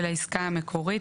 של העסקה המקורית,